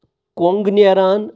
کۄنٛگ نیران